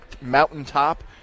mountaintop